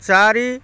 ଚାରି